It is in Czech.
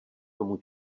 tomu